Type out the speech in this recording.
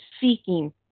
seeking